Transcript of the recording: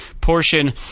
portion